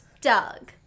Doug